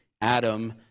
Adam